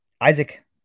Isaac